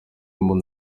imbunda